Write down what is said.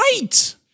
right